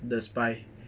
the spy